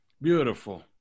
Beautiful